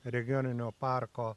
regioninio parko